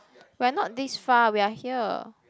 we are not this far we are here